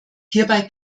hierbei